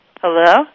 Hello